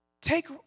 Take